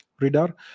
radar